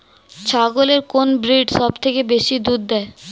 ছাগলের কোন ব্রিড সবথেকে বেশি দুধ দেয়?